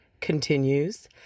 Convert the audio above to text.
continues